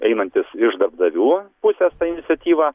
einantis iš darbdavių pusės ta iniciatyva